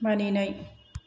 मानिनाय